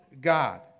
God